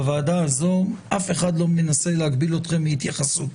בוועדה הזו אף אחד לא מנסה להגביל אתכם מהתייחסות.